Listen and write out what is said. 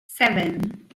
seven